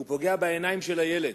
הוא פוגע בעיניים של הילד.